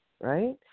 Right